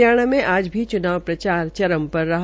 हरियाणा में आज भी चुनाव प्रचार चरम पर रहा